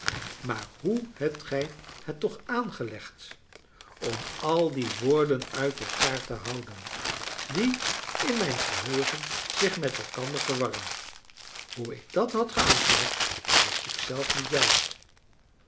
maar hoe hebt gij het toch aangelegd om al die woorden uit elkaar te houden die in mijn geheugen zich met elkander verwarren hoe ik dat had aangelegd wist ik zelf niet juist